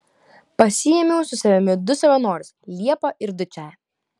pasiėmiau su savimi du savanorius liepą ir dučę